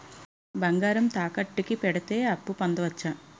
బంగారం తాకట్టు కి పెడితే అప్పు పొందవచ్చ?